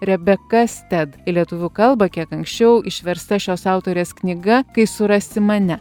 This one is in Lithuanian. rebeka sted į lietuvių kalbą kiek anksčiau išversta šios autorės knyga kai surasi mane